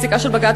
פסיקה של בג"ץ,